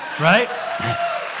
right